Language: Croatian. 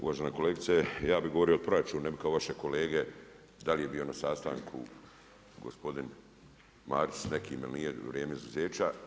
Uvažena kolegice, ja bih govorio o proračunu ne bih kao vaše kolege da li je bio na sastanku gospodin Marić s nekim ili nije, vrijeme izuzeća.